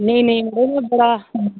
नेईं नेईं